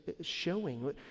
showing